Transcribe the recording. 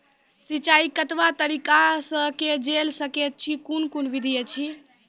सिंचाई कतवा तरीका सअ के जेल सकैत छी, कून कून विधि ऐछि?